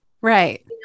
Right